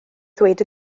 ddweud